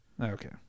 Okay